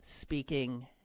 speaking